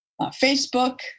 Facebook